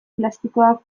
plastikoak